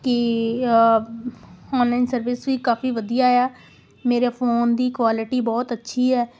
ਕਿ online service ਵੀ ਕਾਫੀ ਵਧੀਆ ਆ ਮੇਰੇ ਫੋਨ ਦੀ ਕੁਆਲਿਟੀ ਬਹੁਤ ਅੱਛੀ ਹੈ